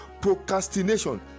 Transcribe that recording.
procrastination